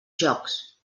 jocs